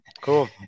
Cool